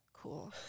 cool